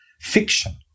fiction